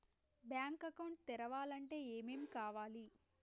Bank account తెరవాలంటే ఏమేం కావాలి?